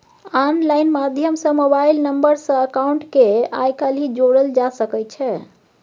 online माध्यम सँ mobile number सँ अकाउंट केँ आइ काल्हि जोरल जा सकै छै